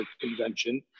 convention